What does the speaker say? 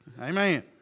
Amen